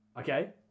Okay